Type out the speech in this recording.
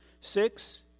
Six